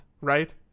Right